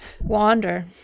wander